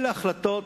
אלה החלטות